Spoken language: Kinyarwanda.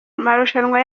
amarushanwa